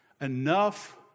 Enough